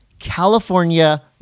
California